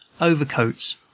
overcoats